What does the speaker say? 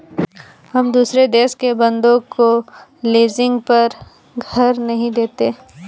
हम दुसरे देश के बन्दों को लीजिंग पर घर नहीं देते